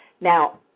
Now